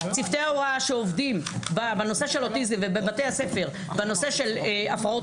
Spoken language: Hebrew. צוותי ההוראה שעובדים בנושא של אוטיזם ובבתי הספר בנושא של הפרעות